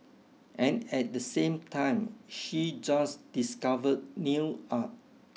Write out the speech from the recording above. and at the same time she just discovered nail art